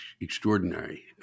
extraordinary